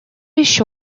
еще